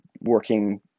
working